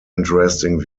interesting